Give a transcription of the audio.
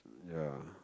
ya